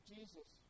Jesus